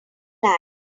land